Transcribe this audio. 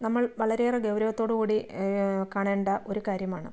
നമ്മൾ വളരെ ഏറെ ഗൗരവത്തോടു കൂടി കാണേണ്ട ഒരു കാര്യമാണ്